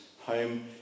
home